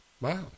Wow